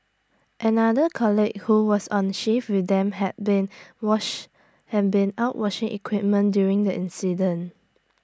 another colleague who was on the shift with them had been wash had been out washing equipment during the incident